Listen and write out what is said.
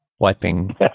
Wiping